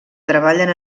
treballen